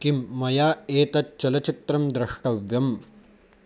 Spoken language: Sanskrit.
किम् मया एतत् चलचित्रं द्रष्टव्यम्